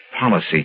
policy